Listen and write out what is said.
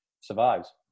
survives